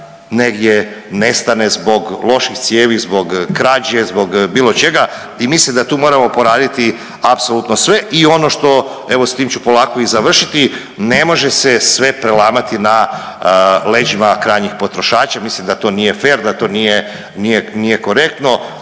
negdje nestane zbog loših cijevi, zbog krađe, zbog bilo čega. I mislim da tu moramo poraditi apsolutno sve i ono što, evo s tim ću polako i završiti ne može se sve prelamati na leđima krajnjih potrošača. Mislim da to nije fer, da to nije korektno.